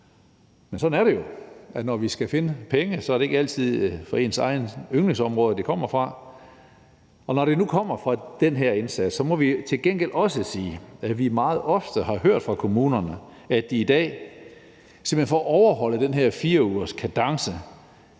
Men sådan er det jo; når vi skal finde penge, er det ikke altid ens eget yndlingsområde, det kommer fra. Og når det nu kommer fra den her indsats, må vi til gengæld også sige, at vi meget ofte har hørt fra kommunerne, at de i dag simpelt hen for at overholde den her 4-ugerskadence